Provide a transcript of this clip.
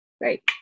great